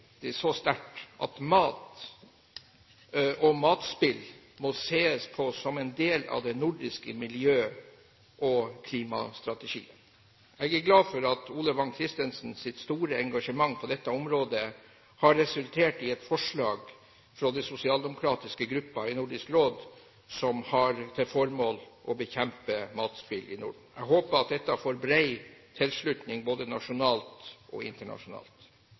det så sterkt at mat og matspill må ses på som en del av den nordiske miljø- og klimastrategien. Jeg er glad for at Ole Vagn Christensens store engasjement på dette området har resultert i et forslag fra den sosialdemokratiske gruppen i Nordisk råd som har til formål å bekjempe matspill i Norden. Jeg håper at dette får bred tilslutning både nasjonalt og internasjonalt.